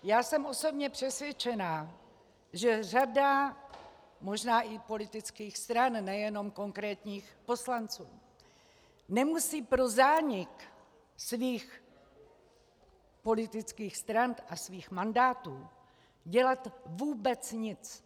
Já jsem osobně přesvědčená, že řada možná i politických stran, nejenom konkrétních poslanců, nemusí pro zánik svých politických stran a svých mandátů dělat vůbec nic.